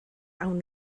awn